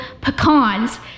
Pecans